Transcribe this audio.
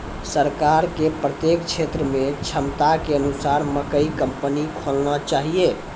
सरकार के प्रत्येक क्षेत्र मे क्षमता के अनुसार मकई कंपनी खोलना चाहिए?